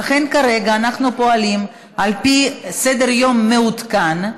ולכן כרגע אנחנו פועלים על פי סדר-יום מעודכן,